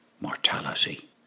Mortality